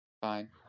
Fine